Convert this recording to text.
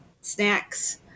snacks